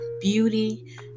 beauty